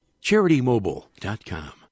CharityMobile.com